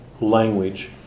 language